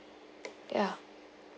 ya